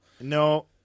No